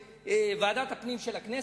עבור ועדת הפנים של הכנסת.